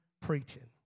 preaching